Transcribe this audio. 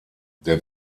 der